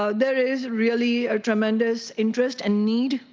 ah there is really a tremendous interest and need.